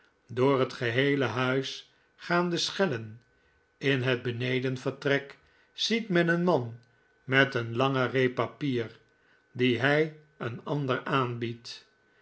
door het geheele huis gaan de schellen in het benedenvertrek ziet men een man met een langen reep papier dien hij een ander aanbiedt